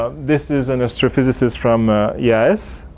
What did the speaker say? ah this is an astrophysicist from yas.